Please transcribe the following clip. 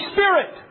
Spirit